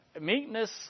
Meekness